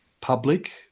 public